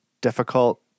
difficult